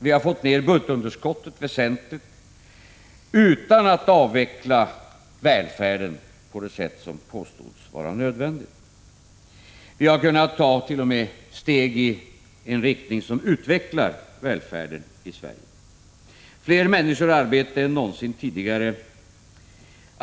Vi har fått ned budgetunderskottet väsentligt utan att avveckla välfärden på det sätt som påstods vara nödvändigt. Vi har t.o.m. kunnat ta steg i en riktning som utvecklar välfärden i Sverige. Fler människor har arbete än någonsin tidigare.